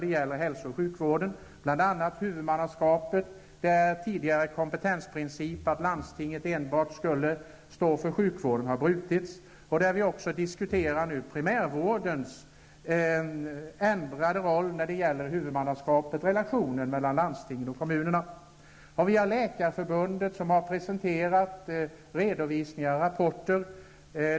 Den kompetensprincip som tidigare gällde för huvudmannaskapet, och som innebar att enbart landstinget skulle stå för sjukvården, har nu brutits. I samband med ÄDEL-reformen diskuteras också primärvårdens ändrade roll när det gäller huvudmannaskapet, relationer mellan landsting och kommunerna. Läkarförbundet har presenterat redovisningar och rapporter.